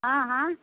हँ हँ